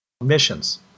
missions